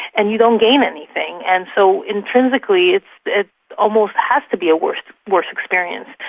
and you don't gain anything. and so intrinsically it almost has to be a worse worse experience.